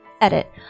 Edit